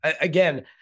again